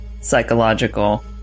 psychological